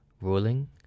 ruling